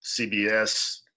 CBS